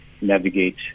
navigate